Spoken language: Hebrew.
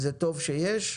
טוב שיש.